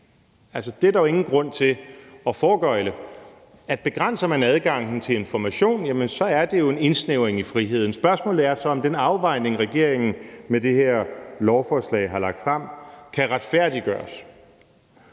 Andet er der jo ingen grund til at foregøgle: Begrænser man adgang til information, er det jo en indsnævring af friheden. Spørgsmålet er så, om den afvejning, regeringen har lagt frem med det her lovforslag, kan retfærdiggøres.